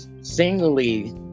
singly